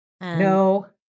No